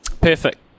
Perfect